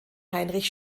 heinrich